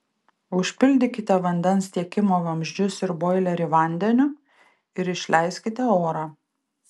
užpildykite vandens tiekimo vamzdžius ir boilerį vandeniu ir išleiskite orą